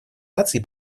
наций